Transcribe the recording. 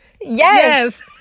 yes